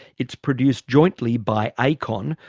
it's produced jointly by acon,